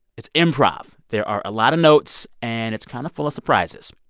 it's improv. there are a lot of notes, and it's kind of full of surprises.